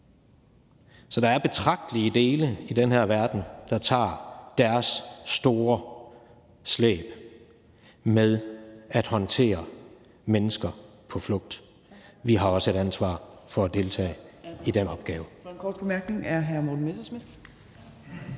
Så der er betragtelige dele af den her verden, der tager deres store slæb med at håndtere mennesker på flugt. Vi har også et ansvar for at deltage i den opgave.